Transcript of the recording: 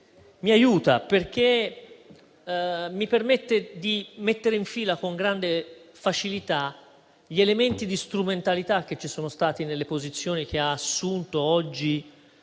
mi aiuta, perché mi permette di mettere in fila con grande facilità gli elementi di strumentalità che ci sono stati nelle posizioni che ha assunto oggi